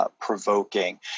Provoking